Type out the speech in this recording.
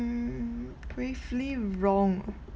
mm gravely wrong ah